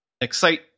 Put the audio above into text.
Excite